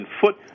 foot